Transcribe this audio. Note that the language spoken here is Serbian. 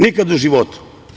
Nikada u životu.